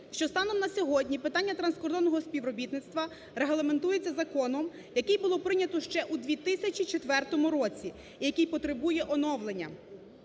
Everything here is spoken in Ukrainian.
що станом на сьогодні питання транскордонного співробітництва регламентується законом, який було прийнято ще у 2004 році і який потребує оновлення.